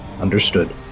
Understood